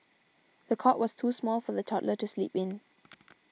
the cot was too small for the toddler to sleep in